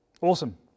Awesome